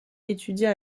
étudia